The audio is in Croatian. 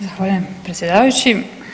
Zahvaljujem predsjedavajući.